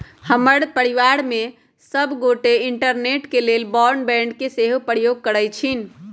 हमर परिवार में सभ गोटे इंटरनेट के लेल ब्रॉडबैंड के सेहो प्रयोग करइ छिन्ह